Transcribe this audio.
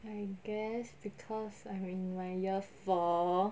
I guess because I'm in my year four